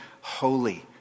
holy